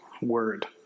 word